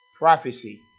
Prophecy